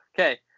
Okay